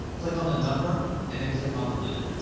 click on the number, and then click on the link.